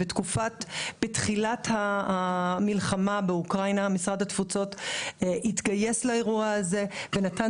שבתחילת המלחמה באוקראינה משרד התפוצות התגייס לאירוע הזה ונתן